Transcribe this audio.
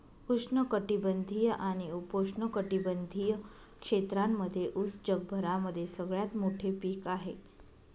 उष्ण कटिबंधीय आणि उपोष्ण कटिबंधीय क्षेत्रांमध्ये उस जगभरामध्ये सगळ्यात मोठे पीक आहे